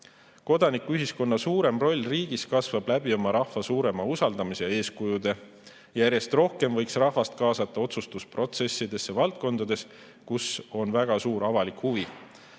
Kodanikuühiskonna suurem roll riigis kasvab läbi oma rahva suurema usaldamise ja eeskujude. Järjest rohkem võiks rahvast kaasata otsustusprotsessidesse valdkondades, kus on väga suur avalik huvi.